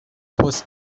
پست